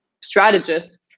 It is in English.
strategists